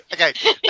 Okay